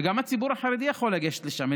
וגם הציבור החרדי יכול לגשת לשם,